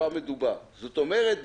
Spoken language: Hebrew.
זאת אומרת,